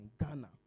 Ghana